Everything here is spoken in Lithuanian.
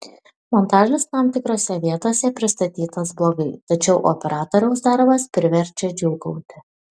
montažas tam tikrose vietose pristatytas blogai tačiau operatoriaus darbas priverčia džiūgauti